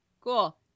Cool